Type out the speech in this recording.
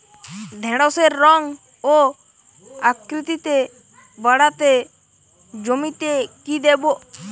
ঢেঁড়সের রং ও আকৃতিতে বাড়াতে জমিতে কি দেবো?